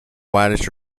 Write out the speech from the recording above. whitish